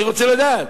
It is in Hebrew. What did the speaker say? אני רוצה לדעת,